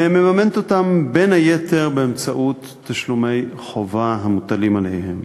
ומממנת אותם בין היתר באמצעות תשלומי חובה המוטלים עליהם.